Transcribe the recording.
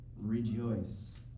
rejoice